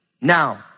Now